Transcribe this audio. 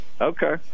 Okay